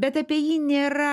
bet apie jį nėra